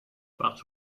but